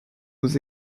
aux